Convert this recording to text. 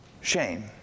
Shame